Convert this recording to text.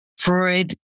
Freud